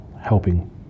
helping